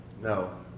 No